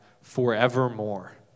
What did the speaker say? forevermore